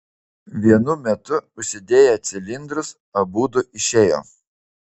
vienu metu užsidėję cilindrus abudu išėjo